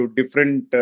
different